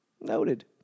Noted